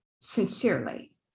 Sincerely